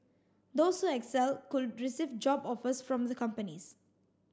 those who excel could receive job offers from the companies